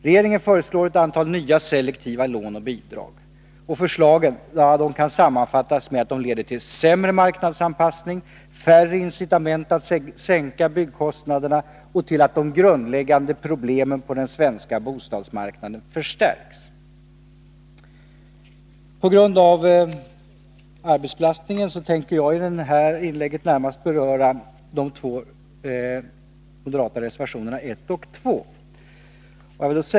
Regeringen föreslår ett antal nya selektiva lån och bidrag. Förslagen kan sammanfattas med att de leder till sämre marknadsanpassning, till färre incitament att sänka byggkostnaderna och till en förstärkning när det gäller de grundläggande problemen på den svenska bostadsmarknaden. På grund av arbetsbelastningen här avser jag att i detta inlägg närmast beröra de två moderata reservationerna 1 och 2.